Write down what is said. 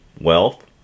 wealth